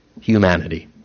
humanity